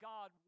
God